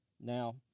Now